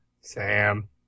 Sam